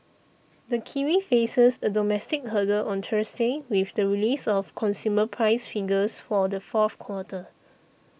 the kiwi faces a domestic hurdle on Thursday with the release of consumer price figures for the fourth quarter